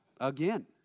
again